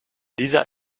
dieser